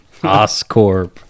Oscorp